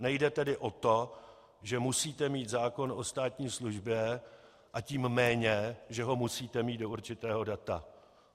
Nejde tedy o to, že musíte mít zákon o státní službě, a tím méně o to, že ho musíte mít do určitého data.